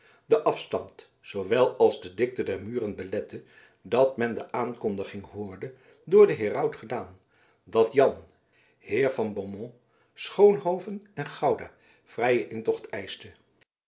de afstand zoowel als de dikte der muren belette dat men de aankondiging hoorde door den heraut gedaan dat jan heer van beaumont schoonhoven en gouda vrijen intocht